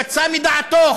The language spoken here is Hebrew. יצא מדעתו,